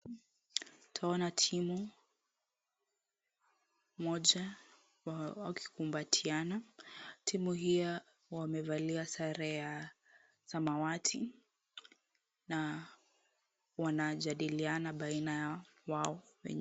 Twaona timu moja wakikumbatiana, timu hiyo wamevalia sare ya samawati na wanajadiliana baina yao wenyewe.